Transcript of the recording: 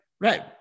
Right